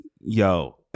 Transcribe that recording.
Yo